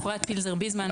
אפרת פילזר-ביזמן,